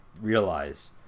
realize